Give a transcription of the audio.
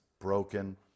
broken